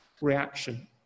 reaction